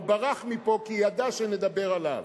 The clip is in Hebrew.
הוא ברח מפה כי הוא ידע שנדבר עליו.